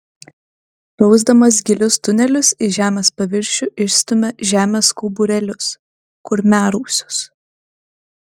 rausdamas gilius tunelius į žemės paviršių išstumia žemės kauburėlius kurmiarausius